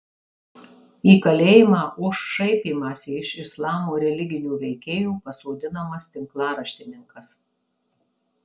į kalėjimą už šaipymąsi iš islamo religinių veikėjų pasodinamas tinklaraštininkas